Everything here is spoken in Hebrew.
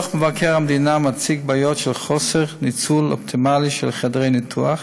דוח מבקר המדינה מציג בעיות של חוסר ניצול אופטימלי של חדרי ניתוח,